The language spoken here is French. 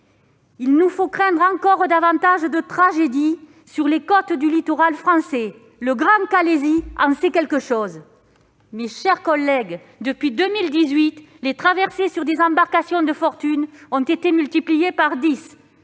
pouvons que redouter encore davantage de tragédies sur le littoral français. Le grand Calaisis en sait quelque chose ... Mes chers collègues, depuis 2018, les traversées sur des embarcations de fortune ont été multipliées par dix.